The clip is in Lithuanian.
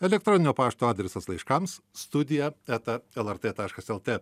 elektroninio pašto adresas laiškams studija eta lrt taškas lt